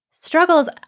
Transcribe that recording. Struggles